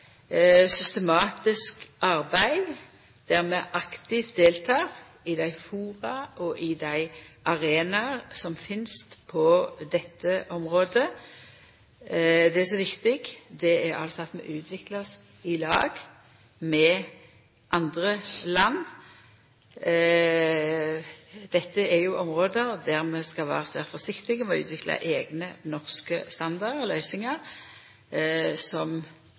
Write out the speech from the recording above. systematisk å arbeida og aktivt delta i fora og på dei arenaene som finst på dette området. Det som er viktig, er altså at vi utviklar oss i lag med andre land. Dette er område der vi skal vera svært forsiktige med å utvikla eigne norske standardar og løysingar